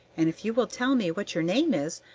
and if you will tell me what your name is,